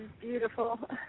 beautiful